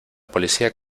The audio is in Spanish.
policía